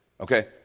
okay